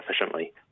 efficiently